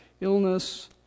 illness